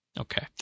Okay